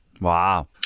Wow